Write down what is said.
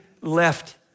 left